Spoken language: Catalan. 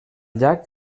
llac